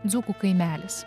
dzūkų kaimelis